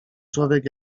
człowiek